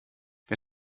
wir